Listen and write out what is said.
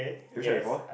have you tried before